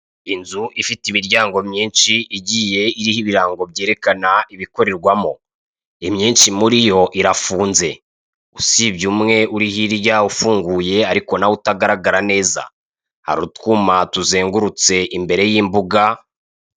Inzu ifite imiryango myinshi igiye iriho ibirango byerekana ibikorerwamo, imyinshi muriyo irafunze, usibye umwe uri hirya ufunguye, ariko nawo utagaragara neza, hari utumwa tuzengurutse imbere y'imbuga,...